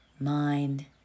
mind